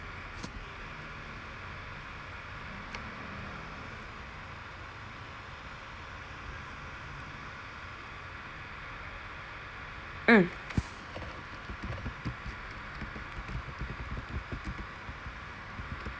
mm